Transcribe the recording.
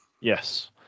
Yes